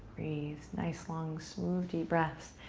breathe. nice, long, smooth, deep breaths,